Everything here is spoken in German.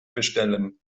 bestellen